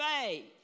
Faith